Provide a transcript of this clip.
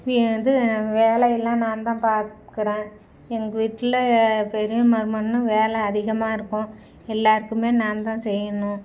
we இது வேலை எல்லாம் நான் தான் பார்க்கறேன் எங்க வீட்டில் பெரிய மருமகன்னு வேலை அதிகமாக இருக்கும் எல்லாருக்குமே நான் தான் செய்யணும்